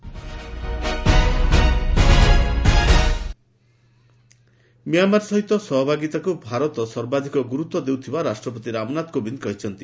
ପ୍ରେଜ୍ Myanmar Myanmar ସହିତ ସହଭାଗିତାକୁ ଭାରତ ସର୍ବାଧିକ ଗୁରୁତ୍ୱ ଦେଉଥିବା ରାଷ୍ଟ୍ରପତି ରାମନାଥ କୋବିନ୍ଦ କହିଛନ୍ତି